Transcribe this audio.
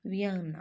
Vienna